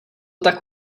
tak